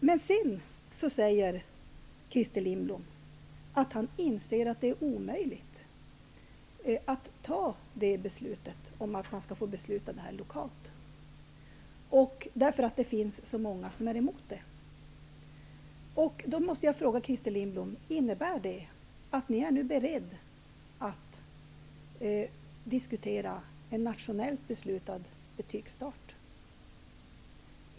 Sedan säger Christer Lindblom att han inser att det är omöjligt att fatta beslut om att man lokalt skall få bestämma om betygen, eftersom det är så många som är emot detta. Då måste jag fråga Christer Lindblom: Innebär det att ni nu är beredda att diskutera en nationellt beslutad betygsstart?